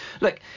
look